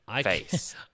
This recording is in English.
face